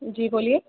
जी बोलिए